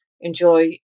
enjoy